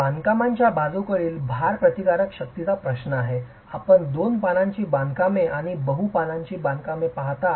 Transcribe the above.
या बांधकामाच्या बाजूकडील भार प्रतिकारशक्तीचा प्रश्न आहे आपण दोन पानांची बांधकामे आणि बहु पानांची बांधकामे पाहता